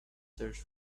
search